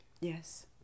Yes